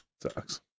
Sucks